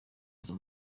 izo